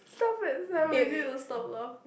stop it we need to stop laughing